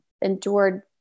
endured